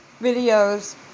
videos